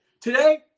Today